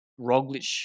Roglic